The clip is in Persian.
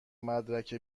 مدارک